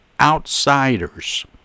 outsiders